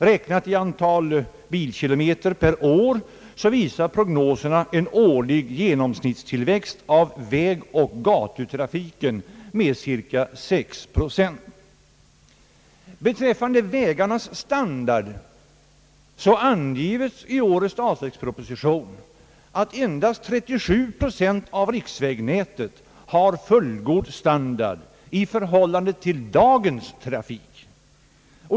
Räknat i antal bilkilometer per år visar prognoserna en årlig genomsnittstillväxt av vägoch gatutrafiken med cirka 6 procent. Beträffande vägarnas standard angives i årets statsverksproposition att endast 37 procent av riksvägnätet har fullgod standard i förhållande till dagens trafik.